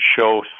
show